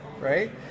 right